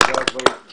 תודה על הדברים.